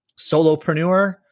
Solopreneur